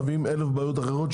תמיד מביאים 1000 בעיות אחרות,